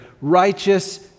righteous